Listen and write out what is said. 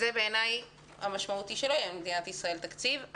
בעיניי המשמעות היא שלא יהיה למדינת ישראל תקציב.